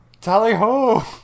Tally-ho